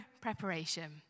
preparation